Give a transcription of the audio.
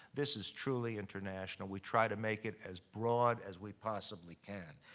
this is truly international. we try to make it as broad as we possibly can.